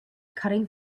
cutting